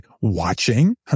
watching